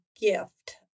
gift